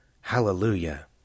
Hallelujah